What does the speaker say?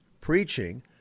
Preaching